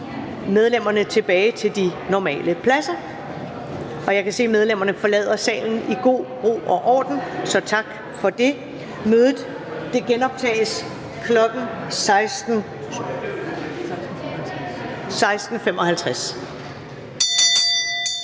medlemmerne tilbage til de normale pladser. Og jeg kan se, at medlemmerne forlader salen i god ro og orden, så tak for det. Mødet genoptages kl. 16.55.